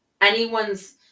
anyone's